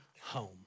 home